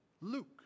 Luke